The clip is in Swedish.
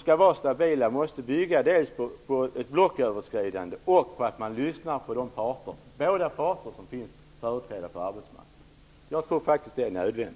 skall vara stabila och de måste bygga dels på ett blocköverskridande, dels på att man lyssnar på de båda parter som finns företrädda på arbetsmarknaden. Jag tror faktiskt att det är nödvändigt.